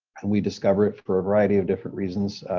and we discover it for a variety of different reasons,